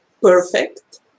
perfect